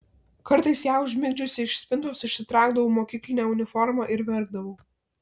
kartais ją užmigdžiusi iš spintos išsitraukdavau mokyklinę uniformą ir verkdavau